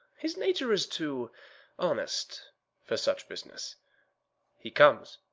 his nature is too honest for such business he comes